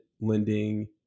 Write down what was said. lending